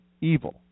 evil